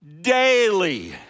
daily